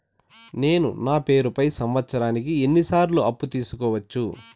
నేను నా పేరుపై సంవత్సరానికి ఎన్ని సార్లు అప్పు తీసుకోవచ్చు?